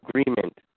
agreement